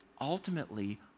ultimately